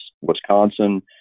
Wisconsin